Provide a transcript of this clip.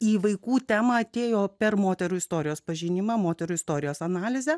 į vaikų temą atėjo per moterų istorijos pažinimą moterų istorijos analizę